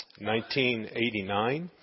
1989